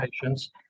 patients